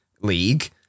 league